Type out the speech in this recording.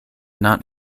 not